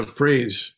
phrase